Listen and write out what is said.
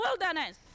wilderness